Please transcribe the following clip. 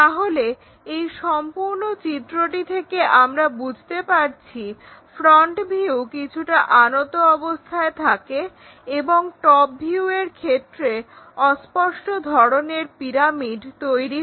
তাহলে এই সম্পূর্ণ চিত্রটি থেকে আমরা বুঝতে পারছি ফ্রন্ট ভিউ কিছুটা আনত অবস্থায় থাকে এবং টপ ভিউয়ের ক্ষেত্রে অস্পষ্ট ধরনের পিরামিড তৈরি হয়